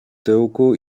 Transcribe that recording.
tyłku